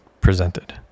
presented